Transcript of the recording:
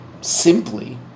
simply